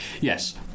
Yes